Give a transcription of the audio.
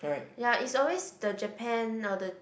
ya it's always the Japan or the